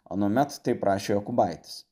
anuomet taip rašė jokubaitis